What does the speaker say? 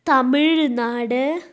Tamil Nadu